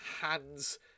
hands